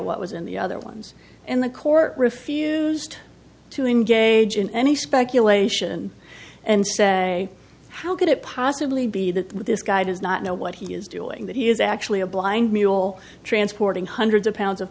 what was in the other ones and the court refused to engage in any speculation and say how could it possibly be that this guy does not know what he is doing that he is actually a blind mule transporting hundreds of pounds of